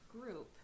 group